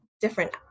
different